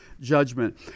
judgment